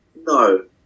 No